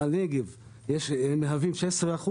הנגב מהווים 16%,